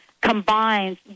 combines